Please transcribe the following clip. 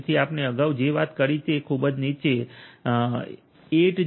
તેથી આપણે અગાઉ જે વાત કરી તે ખૂબ જ નીચે 802